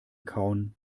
kauen